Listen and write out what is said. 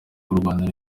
kurwanira